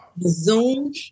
Zoom